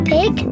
Pig